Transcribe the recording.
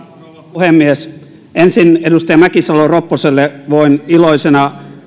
puhemies ensin edustaja mäkisalo ropposelle voin iloisena